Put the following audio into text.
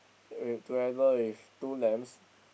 wait together with two lambs